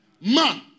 Man